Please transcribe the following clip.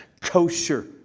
kosher